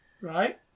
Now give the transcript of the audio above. Right